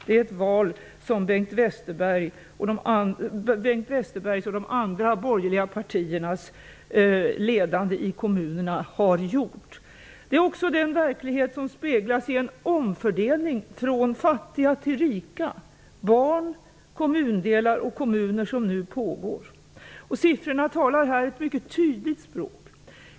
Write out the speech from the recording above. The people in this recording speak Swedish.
Det är ett val som Bengt Westerbergs och de andra borgerliga partiernas ledande i kommunerna har gjort. Det är en verklighet som avspeglas i en omfördelning som nu pågår, från fattiga till rika barn, kommundelar och kommuner. Siffrorna talar ett mycket tydligt språk.